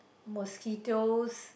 mosquitoes